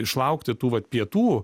išlaukti tų vat pietų